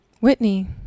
whitney